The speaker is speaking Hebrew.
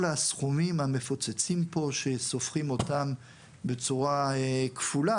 כל הסכומים המפוצצים פה שסופרים אותם בצורה כפולה,